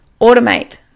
automate